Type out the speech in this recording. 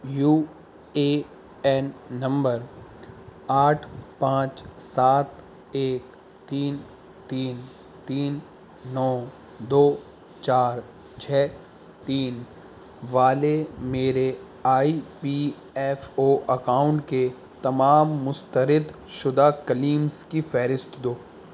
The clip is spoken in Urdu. یو اے این نمبر آٹھ پانچ سات ایک تین تین تین نو دو چار چھ تین والے میرے I P F O account کے تمام مسترد شدہ کلیمز کی فہرست دو